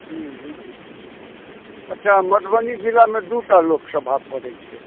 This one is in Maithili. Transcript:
ह्म्म ह्म्म अच्छा मधुबनी जिलामे दू टा लोकसभा पड़ैत छै